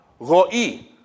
ro'i